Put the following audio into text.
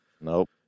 Nope